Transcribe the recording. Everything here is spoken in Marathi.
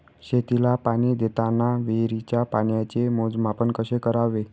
शेतीला पाणी देताना विहिरीच्या पाण्याचे मोजमाप कसे करावे?